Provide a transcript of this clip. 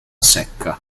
secca